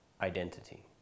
identity